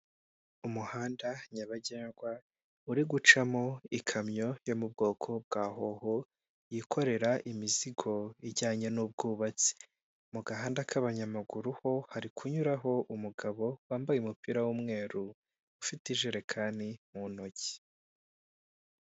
Umuhanda nyabagendwa uri gucamo ikamyo yo mu bwoko bwa hoho, yikorera imizigo ijyanye n'ubwubatsi, mu gahanda k'abanyamaguru ho hari kunyuraho umugabo wambaye umupira w'umweru, ufite ijerekani mu ntoki.